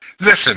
Listen